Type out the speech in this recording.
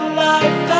life